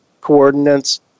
coordinates